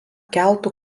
keltų